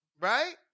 Right